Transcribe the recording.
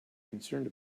concerned